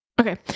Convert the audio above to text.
okay